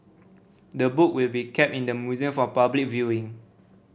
the book will be kept in the museum for public viewing